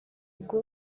ubwo